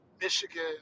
Michigan